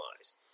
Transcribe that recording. eyes